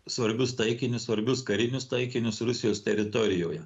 svarbius taikinius svarbius karinius taikinius rusijos teritorijoje